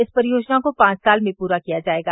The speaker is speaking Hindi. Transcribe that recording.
इस परियोजना को पांच साल में पूरा किया जायेगा